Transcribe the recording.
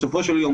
בסופו של יום,